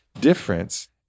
difference